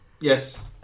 Yes